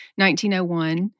1901